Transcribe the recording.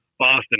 Boston